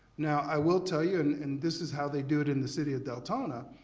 now i will tell you and and this is how they do it in the city of deltona,